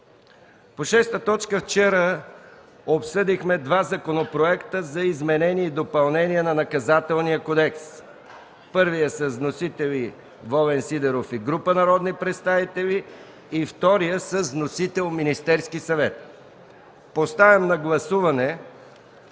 По т. 6 вчера обсъдихме два законопроекта за изменение и допълнение на Наказателния кодекс. Първият е с вносители Волен Сидеров и група народни представители. Вторият е с вносител Министерския съвет. Поставям на гласуване